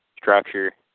structure